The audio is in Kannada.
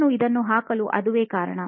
ನಾನು ಇದನ್ನು ಹಾಕಲು ಅದುವೇ ಕಾರಣ